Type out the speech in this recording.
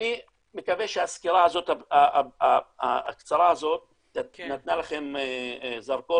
אני מקווה שהסקירה הקצרה הזאת נתנה לכם זרקור